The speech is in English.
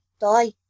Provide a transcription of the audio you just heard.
die